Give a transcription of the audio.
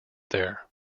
there